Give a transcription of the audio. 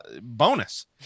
bonus